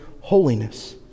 holiness